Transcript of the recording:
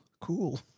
cool